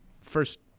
first